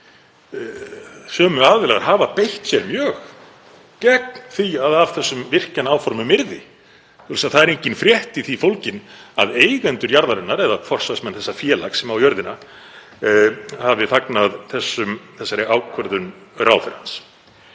Sömu aðilar hafa beitt sér mjög gegn því að af þessum virkjunaráformum yrði vegna þess að það er engin frétt í því fólgin að eigendur jarðarinnar eða forsvarsmenn þessa félags sem á jörðina hafi fagnað ákvörðun ráðherrans.